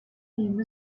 name